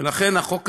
ולכן החוק הזה,